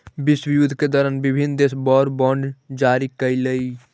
विश्वयुद्ध के दौरान विभिन्न देश वॉर बॉन्ड जारी कैलइ